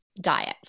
diet